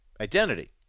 identity